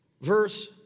verse